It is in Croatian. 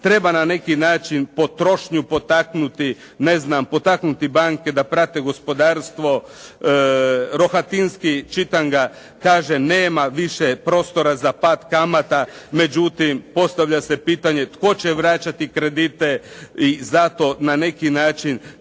treba na neki način potrošnju potaknuti, ne znam potaknuti banke da prate gospodarstvo. Rohatinski, čitam ga, kaže nema više prostora za pad kamata, međutim postavlja se pitanje tko će vraćati kredite i zato na neki način